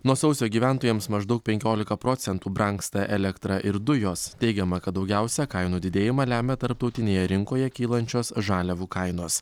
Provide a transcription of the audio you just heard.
nuo sausio gyventojams maždaug penkiolika procentų brangsta elektra ir dujos teigiama kad daugiausia kainų didėjimą lemia tarptautinėje rinkoje kylančios žaliavų kainos